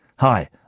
Hi